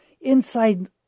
inside